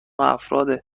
افراد